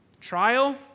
Trial